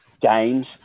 games